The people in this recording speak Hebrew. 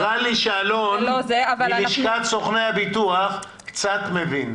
נראה לי שאלון מלשכת סוכני הביטוח קצת מבין.